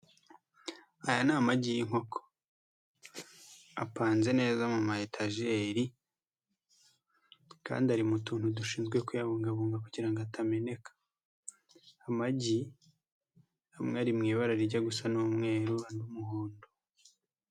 Aya ni amagi y'inkoko, apanze neza mu mayetageri kandi ari mu tuntu dushinzwe kuyabungabunga kugira ngo atameneka, amagi amwe ari mu ibara rijya gusa n'umweru andi umuhondo.